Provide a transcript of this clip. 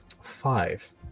Five